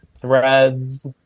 threads